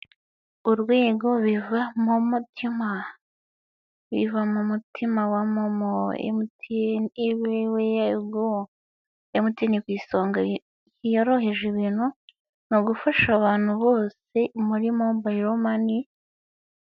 Urwego biva mu mutima biva mu mutima wa momo mtn evuriweyayugo mtn ku isonga yoroheje ibintu ni ugufasha abantu bose muri mobayiro mani.